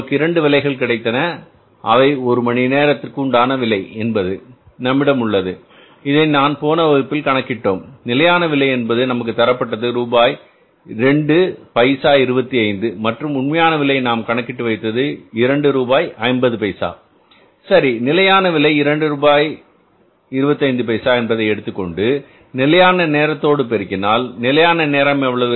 நமக்கு 2 விலைகள் கிடைத்தன அவை ஒரு மணி நேரத்திற்கு உண்டான விலை என்பது நம்மிடம் உள்ளது இதை நான் போன வகுப்பில் கணக்கிடடோம் நிலையான விலை என்பது நமக்கு தரப்பட்டது ரூபாய் 2 பைசா 25 மற்றும் உண்மையான விலை நாம் கணக்கிட்டு வைத்தது இரண்டு ரூபாய் 50 பைசா சரி நிலையான விலை இரண்டு ரூபாய் 25 பைசா என்பதை எடுத்துக்கொண்டு நிலையான நேரத்தோடு பெருக்கினால் நிலையான நேரம் எவ்வளவு